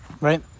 Right